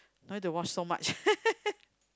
no need to wash so much